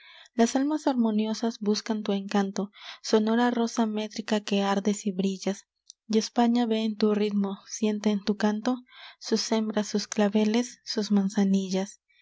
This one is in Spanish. las almas harmoniosas buscan tu encanto sonora rosa métrica que ardes y brillas y españa ve en tu ritmo siente en tu canto sus hembras sus claveles sus manzanillas